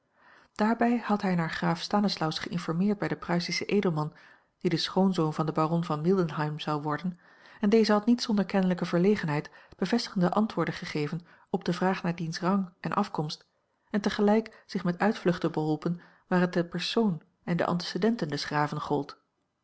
daarbij had hij naar graaf stanislaus geïnformeerd bij den pruisischen edelman die de schoonzoon van den baron von mildenheim zou worden en deze had niet zonder kenlijke verlegenheid bevestigende antwoorden gegeven op de vraag naar diens rang en afkomst en tegelijk zich met uitvluchten beholpen waar het den persoon en de antecedenten des graven gold